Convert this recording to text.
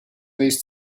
these